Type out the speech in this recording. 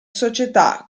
società